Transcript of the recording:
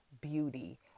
beauty